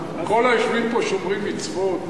כל היושבים פה שומרים מצוות,